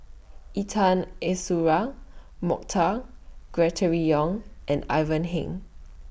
Intan Azura Mokhtar Yong and Ivan Heng